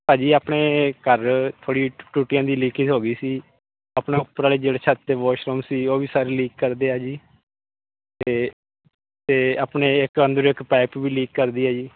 ਭਾਅ ਜੀ ਆਪਣੇ ਘਰ ਥੋੜ੍ਹੀ ਟੂਟੀਆਂ ਦੀ ਲੀਕੇਜ ਹੋ ਗਈ ਸੀ ਆਪਣੇ ਉੱਪਰ ਜਿਹੜੇ ਛੱਤ 'ਤੇ ਬਾਥਰੂਮ ਸੀ ਉਹ ਵੀ ਸਾਰੇ ਲੀਕ ਕਰਦੇ ਹੈ ਜੀ ਅਤੇ ਅਤੇ ਆਪਣੇ ਇੱਕ ਅੰਦਰ ਇੱਕ ਪਾਈਪ ਵੀ ਲੀਕ ਕਰਦੀ ਹੈ ਜੀ